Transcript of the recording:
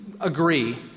agree